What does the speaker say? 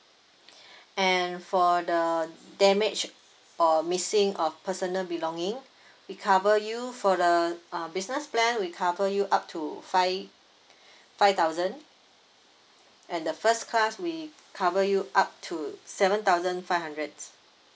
and for the damage or missing uh personal belonging we cover you for the uh business plan we cover you up to five five thousand and the first class we cover you up to seven thousand five hundred